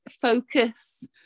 focus